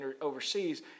overseas